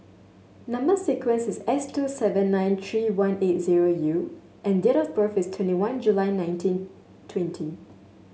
number sequence is S two seven nine three one eight zero U and date of birth is twenty one July nineteen twenty